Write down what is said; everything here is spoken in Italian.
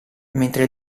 mentre